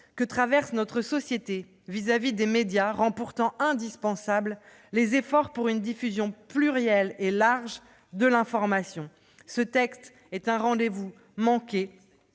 que traverse notre société rend pourtant indispensables les efforts pour une diffusion plurielle et large de l'information. Ce texte est un rendez-vous manqué,